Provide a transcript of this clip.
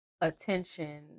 attention